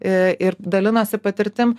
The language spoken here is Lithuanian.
i ir dalinosi patirtim